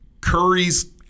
Curry's